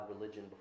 religion